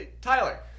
Tyler